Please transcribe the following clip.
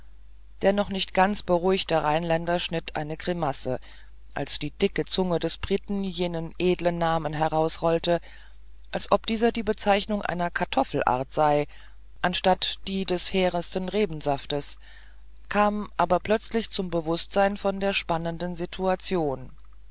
noch nicht ganz beruhigte rheinländer schnitt eine grimasse als die dicke zunge des briten jenen edlen namen herumrollte als ob dieser die bezeichnung einer kartoffelart sei anstatt die des hehrsten rebensaftes kam dann aber plötzlich zum bewußtsein von der spannenden situation